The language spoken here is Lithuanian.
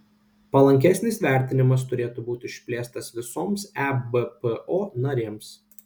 palankesnis vertinimas turėtų būti išplėstas visoms ebpo narėms